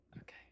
Okay